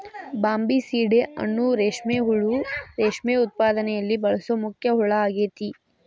Bombycidae ಅನ್ನೋ ರೇಷ್ಮೆ ಹುಳು ರೇಷ್ಮೆ ಉತ್ಪಾದನೆಯಲ್ಲಿ ಬಳಸೋ ಮುಖ್ಯ ಹುಳ ಆಗೇತಿ